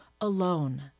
alone